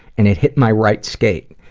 and it hit my right skate.